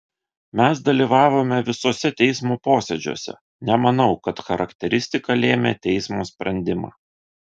mes dalyvavome visuose teismo posėdžiuose nemanau kad charakteristika lėmė teismo sprendimą